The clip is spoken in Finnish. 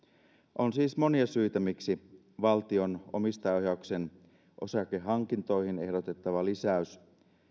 on siis monia syitä miksi valtion omistajaohjauksen osakehankintoihin ehdotettava lisäys